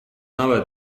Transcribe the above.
نباید